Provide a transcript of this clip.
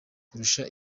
kurusha